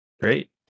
Great